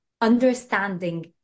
understanding